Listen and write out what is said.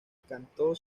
cantó